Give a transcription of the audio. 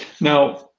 Now